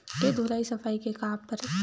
के धुलाई सफाई के का परामर्श हे?